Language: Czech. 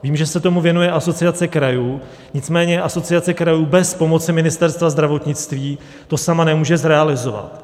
Vím, že se tomu věnuje Asociace krajů, nicméně Asociace krajů bez pomoci Ministerstva zdravotnictví to sama nemůže zrealizovat.